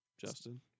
Justin